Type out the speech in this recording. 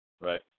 Right